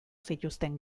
zituzten